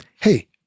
hey